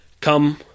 come